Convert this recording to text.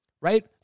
right